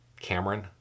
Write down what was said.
Cameron